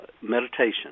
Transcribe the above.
meditation